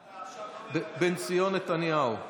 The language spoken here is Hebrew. אתה עכשיו, בן ציון נתניהו.